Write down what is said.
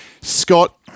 Scott